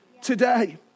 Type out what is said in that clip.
today